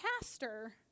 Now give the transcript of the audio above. pastor